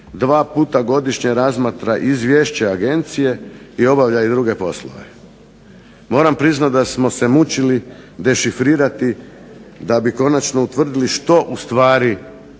Dva puta godišnje razmatra izvješće Agencije i obavlja i druge poslove. Moram priznati da smo se mučili dešifrirati da bi konačno utvrdili što ustvari